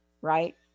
right